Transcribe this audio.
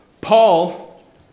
Paul